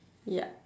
ya